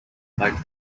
but